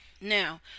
now